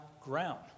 ground